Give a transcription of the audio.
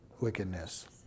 wickedness